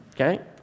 Okay